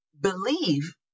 believe